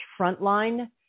frontline